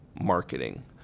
marketing